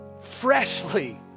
freshly